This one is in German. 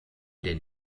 den